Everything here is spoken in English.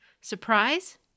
Surprise